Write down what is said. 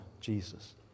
Jesus